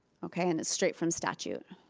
okay and that's straight from statute.